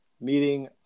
meeting